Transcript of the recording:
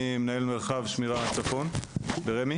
אני מנהל מרחב שמירה על הצפון ברמ״י.